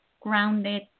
grounded